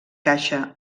caixa